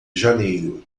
janeiro